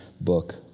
book